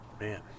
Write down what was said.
Man